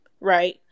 right